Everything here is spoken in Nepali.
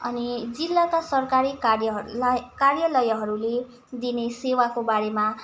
अनि जिल्लाका सरकारी कार्यहरूलाई कार्यलयहरूले दिने सेवाको बारेमा